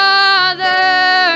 Father